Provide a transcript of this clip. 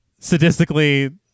sadistically